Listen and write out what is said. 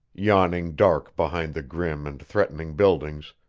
yawning dark behind the grim and threatening buildings,